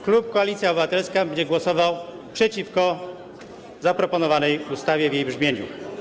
Klub Koalicja Obywatelska będzie głosował przeciwko zaproponowanej ustawie w jej brzmieniu.